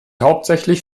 hauptsächlich